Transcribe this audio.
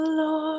Lord